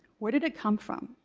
where did it come from?